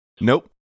Nope